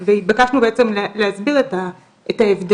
שנדונה בפעם